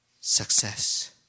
success